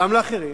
גם לאחרים,